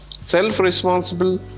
Self-responsible